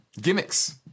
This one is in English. gimmicks